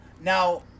Now